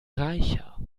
reicher